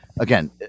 again